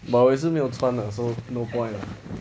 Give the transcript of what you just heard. but 我也是没有穿 lah so no point lah